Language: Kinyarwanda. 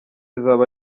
izaba